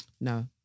No